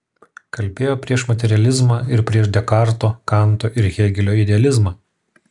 kalbėjo prieš materializmą ir prieš dekarto kanto ir hėgelio idealizmą